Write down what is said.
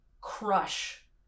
crush